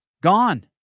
gone